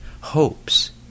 hopes